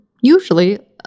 usually